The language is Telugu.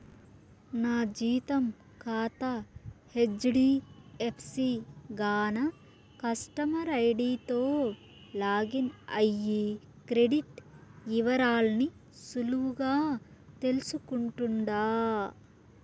నా జీతం కాతా హెజ్డీఎఫ్సీ గాన కస్టమర్ ఐడీతో లాగిన్ అయ్యి క్రెడిట్ ఇవరాల్ని సులువుగా తెల్సుకుంటుండా